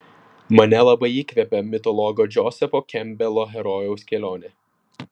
mane labai įkvepia mitologo džozefo kempbelo herojaus kelionė